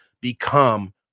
become